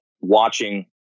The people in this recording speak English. watching